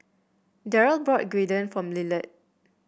Derrell bought Gyudon for Lillard